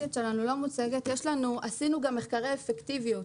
עשינו גם מחקרי אפקטיביות.